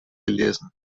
gelesen